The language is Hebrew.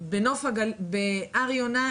בהר יונה,